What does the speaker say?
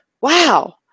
Wow